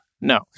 No